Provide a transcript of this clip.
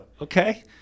Okay